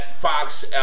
Fox